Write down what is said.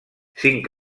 cinc